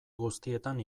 guztietan